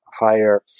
higher